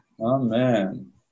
Amen